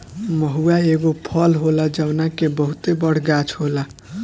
महुवा एगो फल होला जवना के बहुते बड़ गाछ होला